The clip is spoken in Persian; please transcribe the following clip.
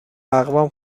اقوام